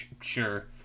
Sure